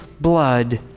blood